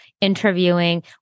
interviewing